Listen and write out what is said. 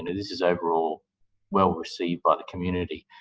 and this is overall well received by the community.